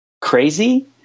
crazy